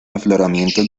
afloramientos